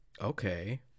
okay